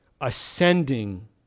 ascending